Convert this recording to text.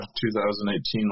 2018